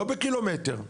לא בקילומטר.